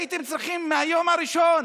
הייתם צריכים מהיום הראשון,